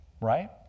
Right